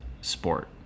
sport